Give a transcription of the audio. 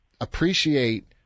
appreciate